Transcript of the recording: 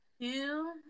two